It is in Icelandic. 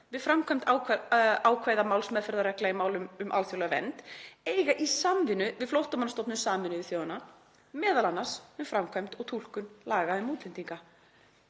við framkvæmd ákvæða málsmeðferðareglna í málum um alþjóðlega vernd eiga í samvinnu við Flóttamannastofnun Sameinuðu þjóðanna, m.a. um framkvæmd og túlkun laga um útlendinga.